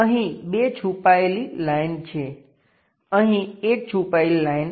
અહીં બે છુપાયેલી લાઈન છે અહીં એક છુપાયેલ લાઈન